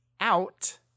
out